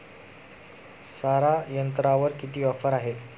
सारा यंत्रावर किती ऑफर आहे?